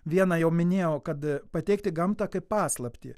vieną jau minėjau kad pateikti gamtą kaip paslaptį